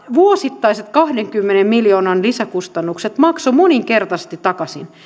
vuosittaiset kahdenkymmenen miljoonan lisäkustannukset maksoivat moninkertaisesti takaisin